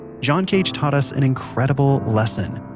john cage taught us an incredible lesson,